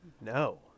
No